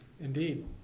Indeed